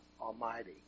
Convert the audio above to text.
Almighty